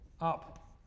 up